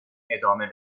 ادامه